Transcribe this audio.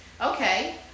Okay